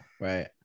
right